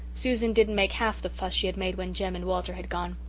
susan didn't make half the fuss she had made when jem and walter had gone.